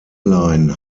line